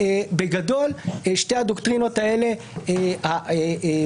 בגדול, שתי הדוקטרינות האלה - האחת,